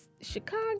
Chicago